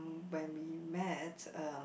when we met uh